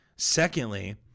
Secondly